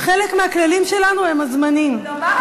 וחלק מהכללים שלנו הם הזמנים.